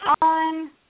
on